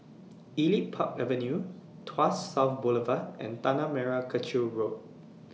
Elite Park Avenue Tuas South Boulevard and Tanah Merah Kechil Road